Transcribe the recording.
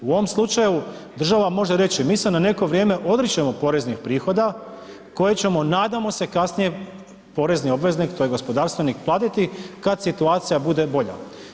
U ovom slučaju država može reći, mi se na neko vrijeme odričemo poreznih prihoda koje ćemo nadamo se kasnije poreznik obveznik, to je gospodarstvenik platiti, kad situacija bude bolje.